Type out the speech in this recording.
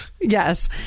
Yes